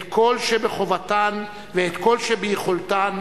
את כל שבחובתן ואת כל שביכולתן,